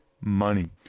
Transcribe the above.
Money